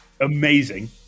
Amazing